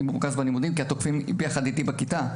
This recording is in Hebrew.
מרוכז בלימודים כי התוקפים יחד איתי בכיתה,